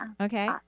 Okay